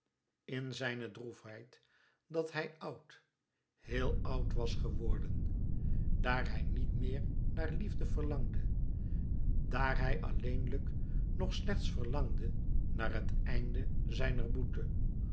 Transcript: in zijne droefheid dat hij oud heel oud was geworden daar hij niet meer naar liefde verlangde daar hij alleenlijk nog slechts verlangde naar het einde zijner boete